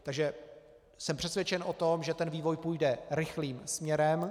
Takže jsem přesvědčen o tom, že vývoj půjde rychlým směrem.